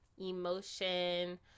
emotion